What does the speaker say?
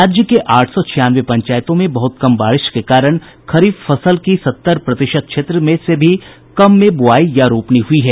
राज्य के आठ सौ छियानवे पंचायतों में बहुत कम बारिश के कारण खरीफ फसल की सत्तर प्रतिशत क्षेत्र से भी कम में बुआई या रोपनी हुई है